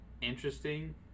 interesting